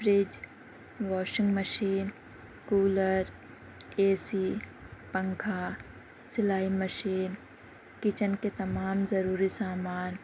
fridge washing machine cooler A C پنکھا سلائی machine kitchen کے تمام ضروری سامان